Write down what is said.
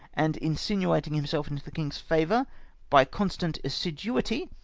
and insinuating himself into the king's favour by constant assiduity,